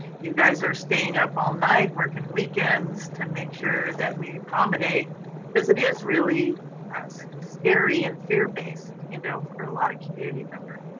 you guys are staying up all night, working weekends to make sure that we accommodate because it is really scary and fear-based you know for a lot of community members.